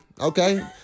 okay